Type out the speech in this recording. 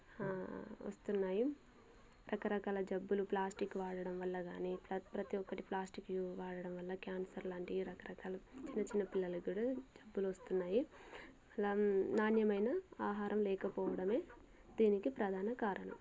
వస్తున్నాయి రకరకాల జబ్బులు ప్లాస్టిక్ వాడడం వల్ల కానీ ప్ర ప్రతీ ఒక్కటి ప్లాస్టిక్ వాడడం వల్ల క్యాన్సర్ లాంటివి రకరకాలు చిన్న చిన్న పిల్లలక్కూడా జబ్బులు వస్తున్నాయి ఇలా నాణ్యమైన ఆహారం లేకపోవడమే దీనికి ప్రధాన కారణం